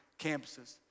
campuses